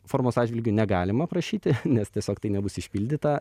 formos atžvilgiu negalima prašyti nes tiesiog tai nebus išpildyta